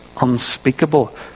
unspeakable